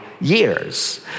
Years